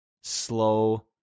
slow